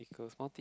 equals